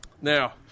now